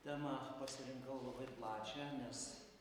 temą pasirinkau labai plačią nes